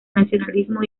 nacionalismo